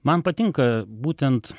man patinka būtent